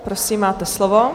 Prosím, máte slovo.